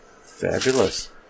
Fabulous